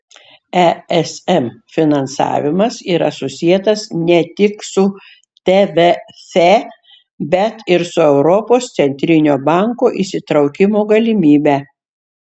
esm finansavimas yra susietas ne tik su tvf bet ir su europos centrinio banko įsitraukimo galimybe